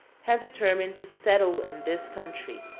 have determined to settle in this country.